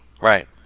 Right